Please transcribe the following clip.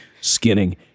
skinning